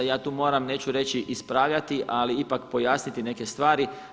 Ja tu moram, neću reći ispravljati, ali ipak pojasniti neke stvari.